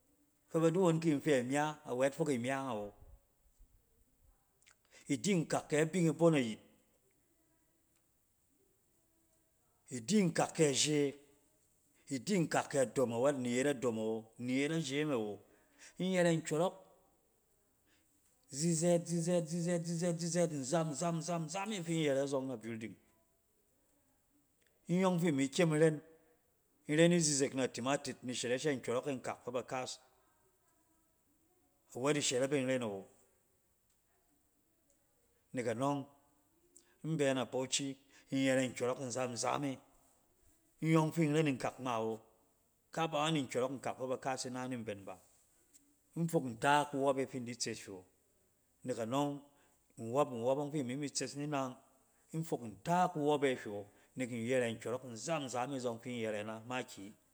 Fɛ badi won kin fɛ imya awɛt fok imyang awo. idi nkak kɛ abing ibon ayit, idi nkak kɛ je. I di nkak kɛ adom awɛt ininyet adom awo, ininyet aje me awo. in yɛrɛ nkyɔrɔk zizɛɛt-zizɛɛt-zizɛɛt-zizɛɛt-zizɛɛt, nzam-nzam-nzam, nzam e fin yɛrɛ zɔng na building. In yɔng fi mi kyem in ren, in ren izizek na tumatur mi shɛrɛ shɛ nkyɔrɔk e nkak fɛ ba kaas, awɛt ishɛrap e in ren awo. Nek anɔng in bɛ na bauchi in yɛrɛ nkyɔrɔk nzam-nzam e in yɔng fin ren nkak ngma awo. ka ba ngan ni nkyɔrɔk nkak fɛ ba kaas ina ni mben ba. In fok nta kuwɔpe fin di tse hywɛ awo. Nek anɔng, nwɔp nwɔp ɔng fi imi mi tses ni nang. In fok nkyɔrɔk nzam-nzam e zɔng fin yɛrɛ ina makiyi